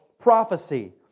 prophecy